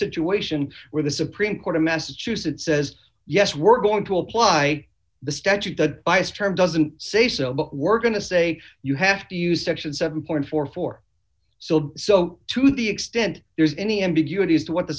situation where the supreme court of massachusetts says yes we're going to apply the statute that biased term doesn't say so but we're going to say you have to use section seven forty four so so to the extent there is any ambiguity as to what the